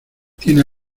tienen